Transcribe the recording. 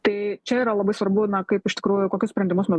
tai čia yra labai svarbu na kaip iš tikrųjų kokius sprendimus nu